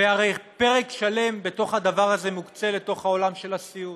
והרי פרק שלם בתוך הדבר הזה מוקצה לעולם של הסיעוד.